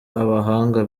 abahanga